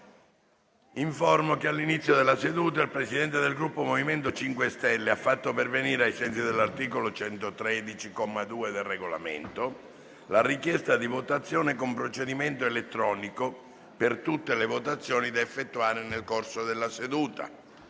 che all'inizio della seduta il Presidente del Gruppo MoVimento 5 Stelle ha fatto pervenire, ai sensi dell'articolo 113, comma 2, del Regolamento, la richiesta di votazione con procedimento elettronico per tutte le votazioni da effettuare nel corso della seduta.